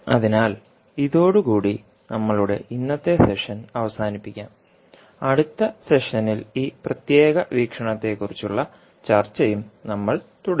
അതിനാൽ ഇത നമ്മളുടെ ഇന്നത്തെ സെഷൻ അവസാനിപ്പിക്കാം അടുത്ത സെഷനിൽ ഈ പ്രത്യേക വീക്ഷണത്തെക്കുറിച്ചുള്ള ചർച്ചയും നമ്മൾ തുടരും